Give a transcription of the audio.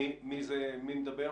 מי מדבר?